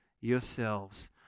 yourselves